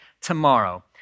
tomorrow